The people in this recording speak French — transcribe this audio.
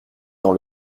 dans